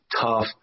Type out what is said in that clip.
tough